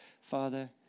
Father